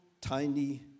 tiny